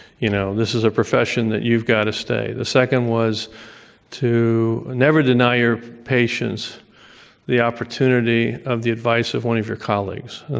you know. this is a profession that you've got to stay. the second was to never deny your patients the opportunity of the advice of one of your colleagues.